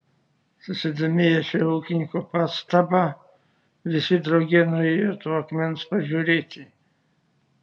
susidomėję šia ūkininko pastaba visi drauge nuėjo to akmens pažiūrėti